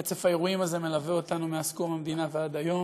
רצף האירועים הזה מלווה אותנו מאז קום המדינה ועד היום.